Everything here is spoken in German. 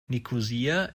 nikosia